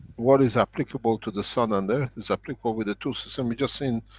what is applicable to the sun and the earth is applicable with the two systems you've just seen,